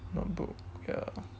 not booked ya